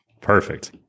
Perfect